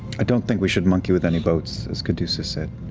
i don't think we should monkey with any boats, as caduceus said.